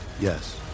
Yes